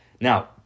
Now